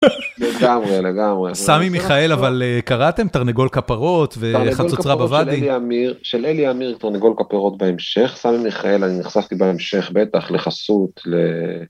לגמרי לגמרי, סמי מיכאל אבל קראתם? "תרנגול כפרות" ו"חצוצרה בוואדי". של אלי אמיר "תרנגול כפרות" בהמשך, סמי מיכאל אני נחשקתי בהמשך, בטח לחסות.